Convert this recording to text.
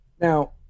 Now